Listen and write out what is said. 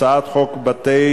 הצעת חוק בתי-המשפט